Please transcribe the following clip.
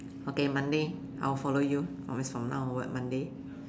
okay Monday I'll follow you oh meas from now onward Monday